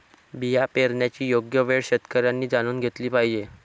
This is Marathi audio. बिया पेरण्याची योग्य वेळ शेतकऱ्यांनी जाणून घेतली पाहिजे